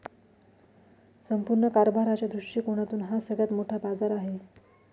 संपूर्ण कारभाराच्या दृष्टिकोनातून हा सगळ्यात मोठा बाजार आहे